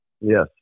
Yes